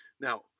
Now